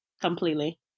completely